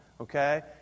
okay